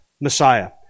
Messiah